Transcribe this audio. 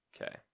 Okay